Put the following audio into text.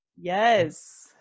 Yes